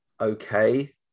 okay